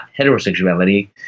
heterosexuality